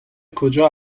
کجا